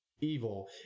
evil